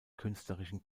künstlerischen